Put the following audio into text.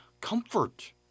comfort